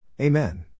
Amen